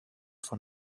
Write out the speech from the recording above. von